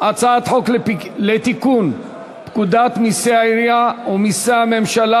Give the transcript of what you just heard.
הצעת חוק לתיקון פקודת מסי העירייה ומסי הממשלה